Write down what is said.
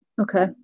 Okay